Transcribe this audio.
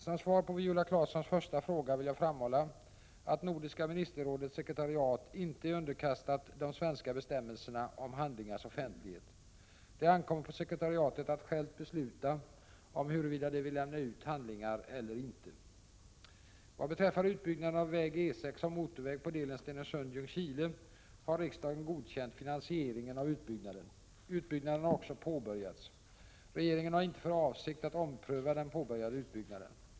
Som svar på Viola Claessons första fråga vill jag framhålla att Nordiska ministerrådets sekretariat inte är underkastat de svenska bestämmelserna om handlingars offentlighet. Det ankommer på sekretariatet att självt besluta om huruvida det vill lämna ut handlingar eller inte. Vad beträffar utbyggnaden av väg E6 som motorväg på delen Stenungsund— Ljungskile har riksdagen godkänt finansieringen av utbyggnaden . Utbyggnaden har påbörjats. Regeringen har inte för avsikt att ompröva den påbörjade utbyggnaden.